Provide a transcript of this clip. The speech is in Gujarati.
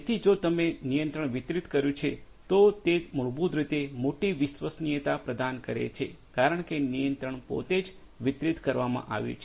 તેથી જો તમે નિયંત્રણ વિતરિત કર્યું છે તો તે મૂળભૂત રીતે મોટી વિશ્વસનીયતા પ્રદાન કરે છે કારણ કે નિયંત્રણ પોતે જ વિતરિત કરવામાં આવ્યું છે